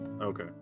Okay